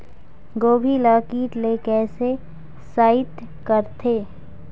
गोभी ल कीट ले कैसे सइत करथे?